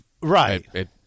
Right